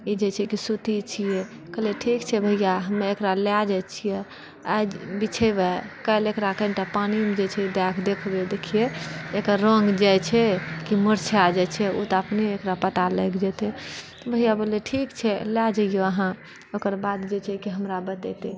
ई जे छै कि सूती छियै कहलियै ठीक छै भैआ हमे एकरा लए जाइत छियै आइ बिछायबै काल्हि एकरा कनिटा पानीमे जे छै दएके देखबै देखियै एकर रङ्ग जाइत छै कि मुरझा जाइत छै ओ तऽ अपने एकरा पता लागि जेतय भैआ बोललै ठीक छै लए जाहिऔ अहाँ ओकर बाद जे छै हमरा बतेतय